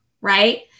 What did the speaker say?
right